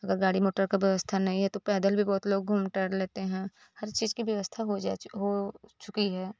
अगर गाड़ी मोटर की व्यवस्था नहीं है तो पैदल भी बहुत लोग घूम टहल लेते हैं हर चीज़ की व्यवस्था हो जा हो चु हो चुकी है